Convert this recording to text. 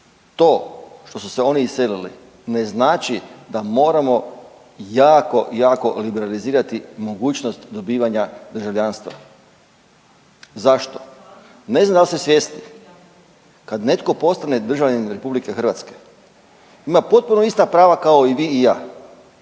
to što su se oni iselili ne znači da moramo jako, jako liberalizirati mogućnost dobivanja državljanstva. Zašto? Ne znam da li ste svjesni, kad netko postane državljanin RH ima potpuno ista prava kao i vi i ja